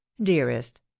dearest